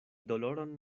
doloron